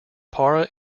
para